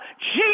Jesus